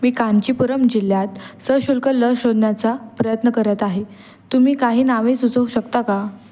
मी कांचीपुरम जिल्ह्यात सशुल्क लस शोधण्याचा प्रयत्न करत आहे तुम्ही काही नावे सुचवू शकता का